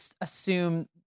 assume